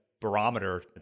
barometer